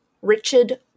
Richard